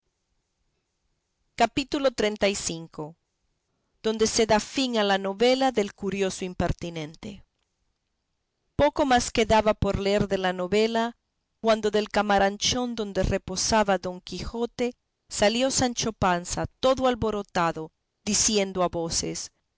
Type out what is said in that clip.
capítulo xxxv donde se da fin a la novela del curioso impertinente poco más quedaba por leer de la novela cuando del caramanchón donde reposaba don quijote salió sancho panza todo alborotado diciendo a voces